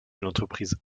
l’entreprise